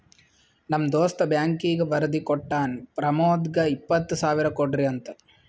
ನಮ್ ದೋಸ್ತ ಬ್ಯಾಂಕೀಗಿ ಬರ್ದಿ ಕೋಟ್ಟಾನ್ ಪ್ರಮೋದ್ಗ ಇಪ್ಪತ್ ಸಾವಿರ ಕೊಡ್ರಿ ಅಂತ್